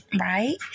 right